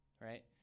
right